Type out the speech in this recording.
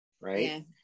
right